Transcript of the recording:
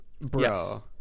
bro